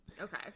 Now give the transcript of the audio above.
Okay